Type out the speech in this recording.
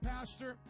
Pastor